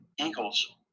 Eagles